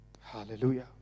Hallelujah